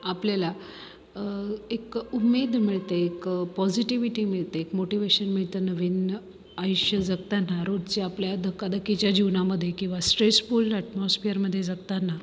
आपल्याला एक उम्मीद मिळते एक पॉसिटीविटी मिळते एक मोटीव्हेशन मिळतं नवीन आयुष्य जगताना रोजच्या आपल्या धकाधकीच्या जीवनामध्ये किंवा स्ट्रेसफूल एटमॉस्फीयरमध्ये जगताना